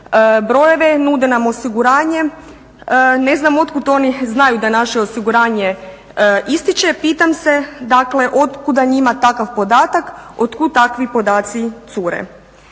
brojeve, nude nam osiguranje. Ne znam od kud oni znaju da naše osiguranje ističe. Pitam se, dakle od kuda njima takav podatak, od kud takvi podaci cure.